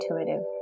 intuitive